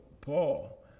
Paul